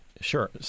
Sure